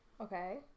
Okay